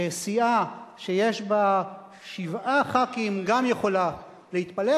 שסיעה שיש בה שבעה חברי כנסת גם יכולה להתפלג,